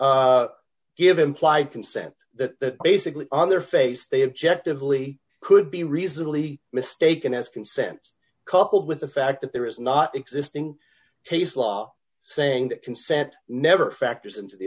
lee give implied consent that basically on their face the objective lee could be reasonably mistaken as consent coupled with the fact that there is not existing case law saying that consent never factors into the